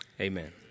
Amen